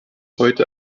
heute